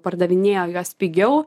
pardavinėjo juos pigiau